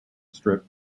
strip